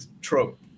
trope